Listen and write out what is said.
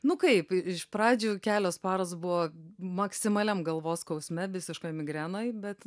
nu kaip iš pradžių kelios paros buvo maksimaliam galvos skausme visiškoj migrenoj bet